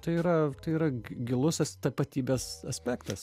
tai yra tai yra gilusis tapatybės aspektas